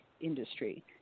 industry